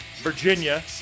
Virginia